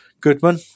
Goodman